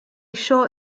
short